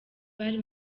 bari